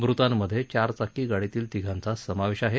मृतांमधे चार चाकी गाडीतील तिघांचा समावेश आहे